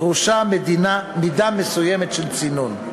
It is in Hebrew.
דרושה מידה מסוימת של צינון.